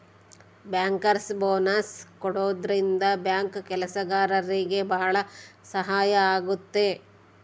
bankers bonus ಕೊಡೋದ್ರಿಂದ bank ಕೆಲ್ಸಗಾರ್ರಿಗೆ ಭಾಳ ಸಹಾಯ ಆಗುತ್ತೆ